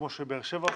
כמו באר שבע,